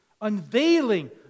unveiling